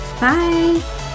Bye